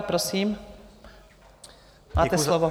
Prosím, máte slovo.